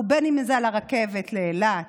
ובין שזה על הרכבת לאילת